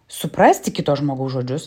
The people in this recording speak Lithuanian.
suprasti kito žmogaus žodžius